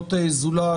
לנציגות "זולת",